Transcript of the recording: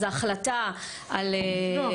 אז ההחלטה על -- לא,